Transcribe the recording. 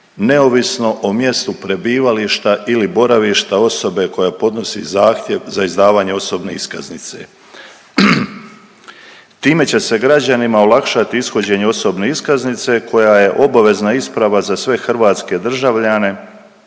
neovisno o mjestu prebivališta ili boravišta osobe koja podnosi zahtjev za izdavanje osobne iskaznice. Time će se građanima olakšat ishođenje osobne iskaznice koja je obavezna isprava za sve hrvatske državljane